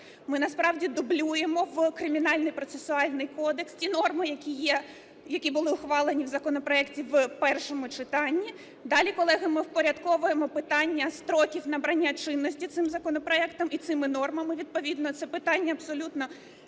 Ми насправді дублюємо в Кримінальний процесуальний кодекс ті норми, які є, які були ухвалені в законопроекті в першому читанні. Далі, колеги, ми впорядковуємо питання строків набрання чинності цим законопроектом і цими нормами. Відповідно це питання абсолютно